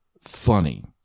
funny